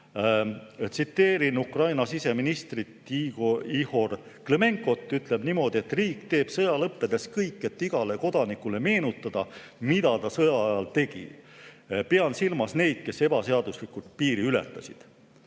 Tsiteerin Ukraina siseministrit Igor Klõmenkot, kes ütles niimoodi: riik teeb sõja lõppedes kõik, et igale kodanikule meenutada, mida ta sõja ajal tegi. Pean silmas neid, kes ebaseaduslikult piiri ületasid. Aga